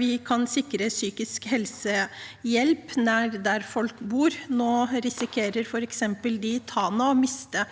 vi kan sikre psykisk helsehjelp nær der folk bor? Nå risikerer f.eks. de i Tana å miste